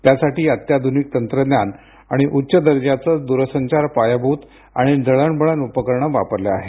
त्यासाठी अत्याधुनिक तंत्रज्ञान आणि उच्च दर्जाचे दूरसंचार पायाभूत आणि दळणवळण उपकरण वापरले आहे